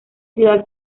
ciudad